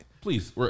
Please